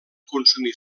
consumir